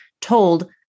told